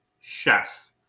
Chef